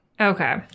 Okay